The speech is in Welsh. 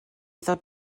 ddod